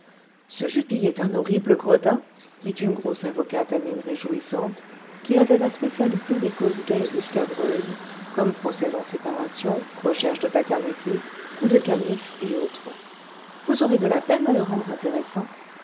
ce jupille est un horrible gredin dit une grosse avocate à mine réjouissante qui avait la spécialité des causes gaies ou scabreuses comme procès en séparation recherches de paternité coups de canif et autres vous aurez de la peine à le rendre intéressant